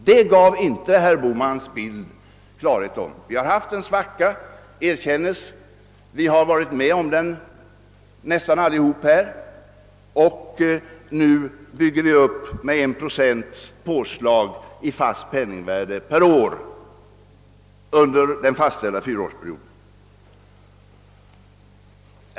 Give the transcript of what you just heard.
Det har varit en svacka — det erkänns; vi har nästan allesammans här i riksdagen varit med om det beslutet — och nu bygger vi upp budgeten med 1 procents påslag i fast penningvärde per år under den fastställda fyraårsperioden.